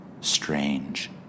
Strange